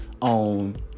on